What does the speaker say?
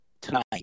tonight